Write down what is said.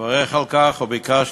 בפני ועדת